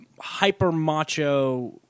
hyper-macho